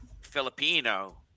Filipino